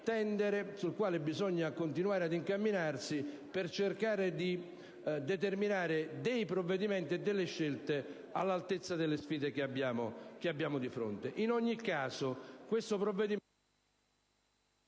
sul quale bisogna continuare a incamminarsi per cercare di determinare dei provvedimenti e delle scelte all'altezza delle sfide che abbiamo di fronte. In ogni caso, questo provvedimento